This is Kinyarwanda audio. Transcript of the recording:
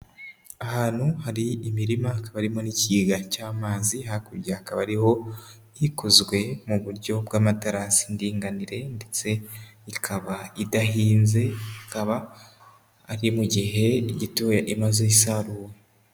Ahantu hari imirima hakaba harimo n'ikiga cy'amazi, hakurya hakaba hariho ikozwe mu buryo bw'amaterasi y'indinganire, ndetse ikaba idahinze, ikaba ari mu gihe gitoya imaze isaruwe.